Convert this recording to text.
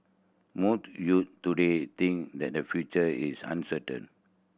most youths today think that their future is uncertain